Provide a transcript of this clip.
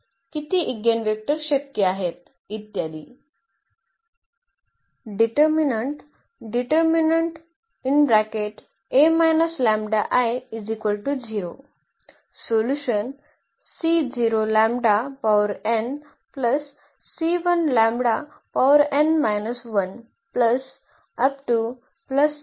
किती इगेनवेक्टर शक्य आहेत इत्यादी